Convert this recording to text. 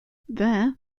there